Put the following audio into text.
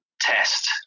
test